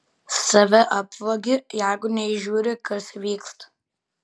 save apvagi jeigu neįžiūri kas vyksta